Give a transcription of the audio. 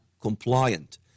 compliant